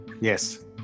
Yes